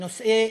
נושאי